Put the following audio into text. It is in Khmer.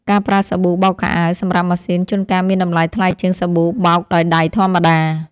ការប្រើសាប៊ូបោកខោអាវសម្រាប់ម៉ាស៊ីនជួនកាលមានតម្លៃថ្លៃជាងសាប៊ូបោកដោយដៃធម្មតា។